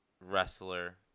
wrestler